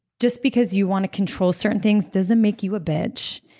just because you want to control certain things doesn't make you a bitch.